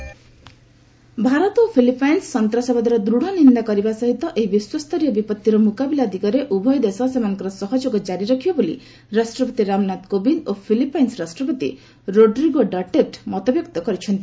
Philippines India terrorism Bharat ଓ Philippines ସନ୍ତ୍ରାସବାଦର ଦୃଢ଼ ନିନ୍ଦା କରିବା ସହିତ ଏହି ବିଶ୍ୱସ୍ତରୀୟ ବିପଭିର ମୁକାବିଲା ଦିଗରେ ଉଭୟ ଦେଶ ସେମାନଙ୍କର ସହଯୋଗ କାରି ରଖିବେ ବୋଲି ରାଷ୍ଟପତି ରାମନାଥ କୋବିନ୍ଦ ଓ ଫିଲିପାଇନ୍ ରାଷ୍ଟ୍ରପତି ରୋଡ୍ରିଗୋ ଡଟେର୍ଟ ମତବ୍ୟକ୍ତ କରିଛନ୍ତି